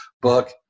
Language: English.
book